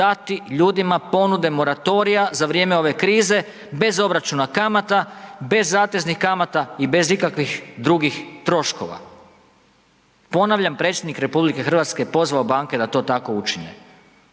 dati ljudima ponude moratorija za vrijeme ove krize bez obračuna kamata, bez zateznih kamata i bez ikakvih drugih troškova. Ponavljam, Predsjednik RH je pozvao banke da to tako učine.